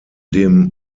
dem